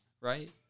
right